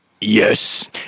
Yes